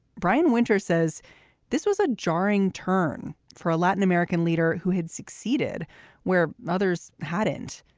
brian winter says this was a jarring turn for a latin american leader who had succeeded where others hadn't.